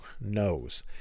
knows